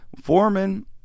Foreman